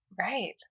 Right